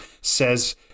says